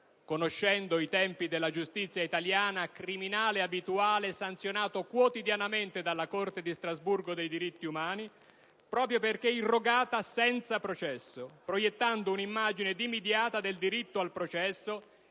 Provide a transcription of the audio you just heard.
(conoscendo i tempi della giustizia italiana, criminale abituale sanzionato quotidianamente dalla Corte di Strasburgo dei diritti umani), proprio perché irrogata senza processo, proiettando un'immagine dimidiata del diritto al processo,